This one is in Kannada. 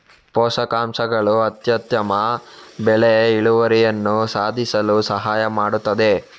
ಪೋಷಕಾಂಶಗಳು ಅತ್ಯುತ್ತಮ ಬೆಳೆ ಇಳುವರಿಯನ್ನು ಸಾಧಿಸಲು ಸಹಾಯ ಮಾಡುತ್ತದೆ